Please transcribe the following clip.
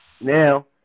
Now